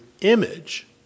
image